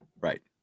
Right